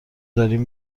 دارین